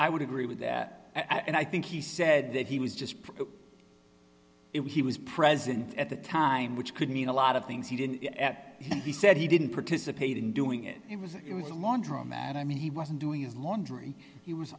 i would agree with that and i think he said that he was just it was he was present at the time which could mean a lot of things he did at and he said he didn't participate in doing it it was it was a laundromat i mean he wasn't doing his laundry he was